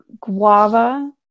guava